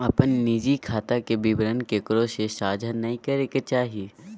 अपन निजी खाता के विवरण केकरो से साझा नय करे के चाही